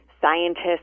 scientists